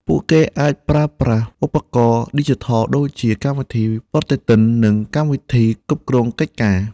ពួកគេអាចប្រើប្រាស់ឧបករណ៍ឌីជីថលដូចជាកម្មវិធីប្រតិទិននិងកម្មវិធីគ្រប់គ្រងកិច្ចការ។